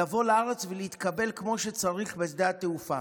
לבוא לארץ ולהתקבל כמו שצריך בשדה התעופה.